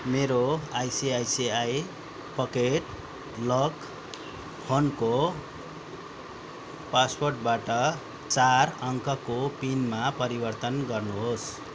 मेरो ICICI pocket लक फोनको पासवर्डबाट चार अङ्कको पिनमा परिवर्तन गर्नुहोस्